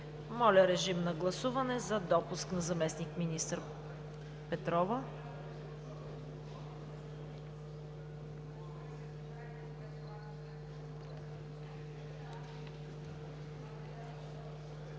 Моля, режим на гласуване за допуск на заместник-министър Петрова.